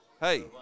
hey